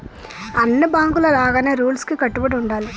అన్ని బాంకుల లాగానే రూల్స్ కు కట్టుబడి ఉండాలి